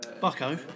Bucko